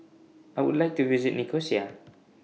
I Would like to visit Nicosia